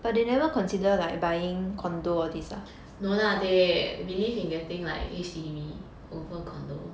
no lah they believe in getting like H_D_B over condo